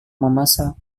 memasak